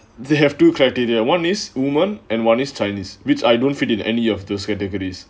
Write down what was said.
they have two criteria and one is women and one is chinese which I don't fit in any of those categories